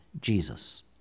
Jesus